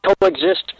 Coexist